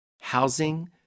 housing